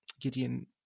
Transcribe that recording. Gideon